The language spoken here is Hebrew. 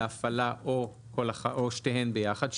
להפעלה או שניהם ביחד,